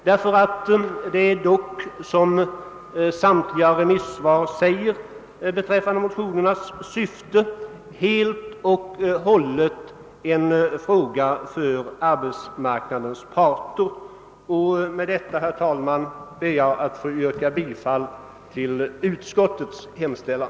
"Det är dock, som sägs i samtliga remissvar beträffande motionernas syfte, helt och hållet en fråga för arbetsmarknådens parter. Med det anförda ber jag att få yrka bifall till utskottets hemställan.